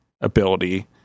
ability